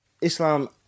Islam